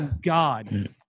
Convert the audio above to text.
God